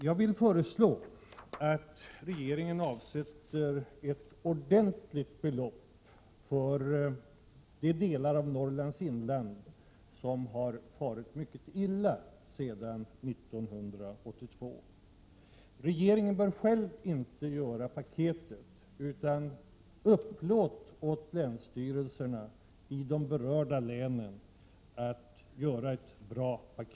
Jag vill föreslå att regeringen avsätter ett ordentligt belopp för de delar av Norrlands inland som har farit mycket illa sedan 1982. Regeringen bör inte själv utforma paketet utan i stället överlåta åt länsstyrelserna i de berörda länen att göra ett bra sådant.